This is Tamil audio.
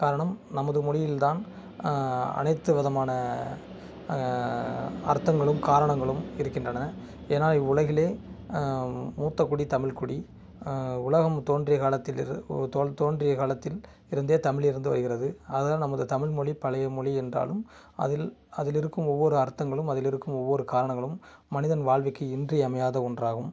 காரணம் நமது மொழியில் தான் அனைத்து விதமான அர்த்தங்களும் காரணங்களும் இருக்கின்றன ஏனால் இவ்வுலகிலே மூத்தக்குடி தமிழ் குடி உலகம் தோன்றிய காலத்தில் இருந்து தோ தோன்றிய காலத்தில் இருந்தே தமிழ் இருந்து வருகிறது ஆதலால் நமது தமிழ் மொழி பழைய மொழி என்றாலும் அதில் அதில் இருக்கும் ஒவ்வொரு அர்த்தங்களும் அதில் இருக்கும் ஒவ்வொரு காரணங்களும் மனிதன் வாழ்வுக்கு இன்றியமையாத ஒன்றாகும்